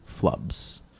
flubs